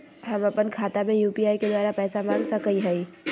हम अपन खाता में यू.पी.आई के द्वारा पैसा मांग सकई हई?